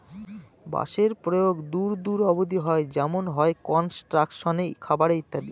বাঁশের প্রয়োগ দূর দূর অব্দি হয় যেমন হয় কনস্ট্রাকশনে, খাবারে ইত্যাদি